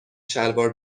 شلوار